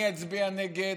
אני אצביע נגד,